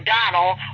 Donald